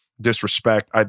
Disrespect